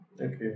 Okay